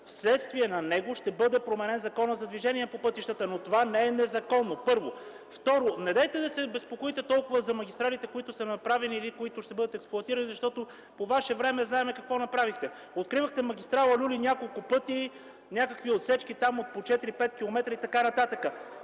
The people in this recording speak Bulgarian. вследствие на него ще бъде променен Законът за движение по пътищата, но това не е незаконно – първо. Второ, недейте да се безпокоите толкова за магистралите, които са направени или ще бъдат експлоатирани, защото по Ваше време знаем какво направихте – откривахте магистрала „Люлин” няколко пъти, някакви отсечки там от по 4-5 км и така нататък.